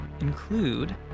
include